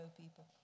people